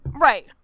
Right